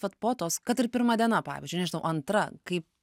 vat po tos kad ir pirma diena pavyzdžiui nežinau antra kaip